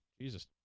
Jesus